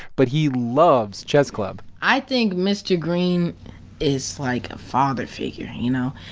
but he loves chess club i think mr. greene is like a father figure, you know?